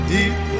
Deep